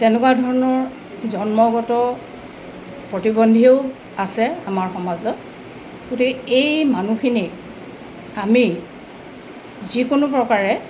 তেনেকুৱাধণৰ জন্মগত প্ৰতিবন্ধীও আছে আমাৰ সমাজত গতিকে এই মানুহখিনিক আমি যিকোনো প্ৰকাৰে